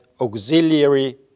auxiliary